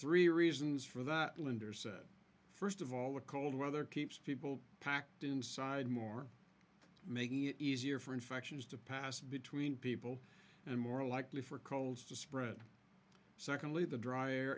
three reasons for that linder said first of all the cold weather keeps people packed inside more making it easier for infections to pass between people and more likely for colds to spread secondly the dr